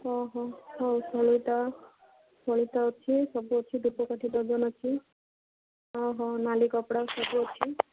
ହଁ ହଉ ସଳିତା ସଳିତା ଅଛି ସବୁ ଅଛି ଧୂପକାଠି ଡର୍ଜନ ଅଛି ହଁ ହଁ ନାଲି କପଡ଼ା ସବୁ ଅଛି